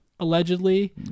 Allegedly